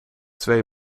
twee